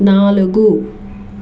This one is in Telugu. నాలుగు